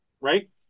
right